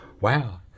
wow